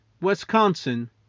Wisconsin